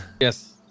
Yes